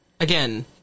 again